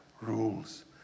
rules